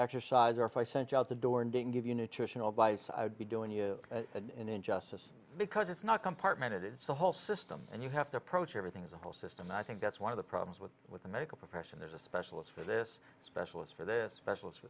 exercise or if i sent you out the door and didn't give you nutritional advice i would be doing you an injustice because it's not compartmented it's the whole system and you have to approach everything as a whole system and i think that's one of the problems with with the medical profession there's a specialist for this specialist for this special